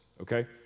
okay